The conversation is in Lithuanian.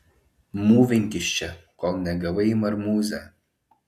mūvink iš čia kol negavai į marmūzę